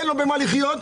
אין לו ממה לחיות,